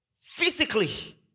physically